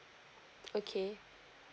okay